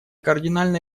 кардинально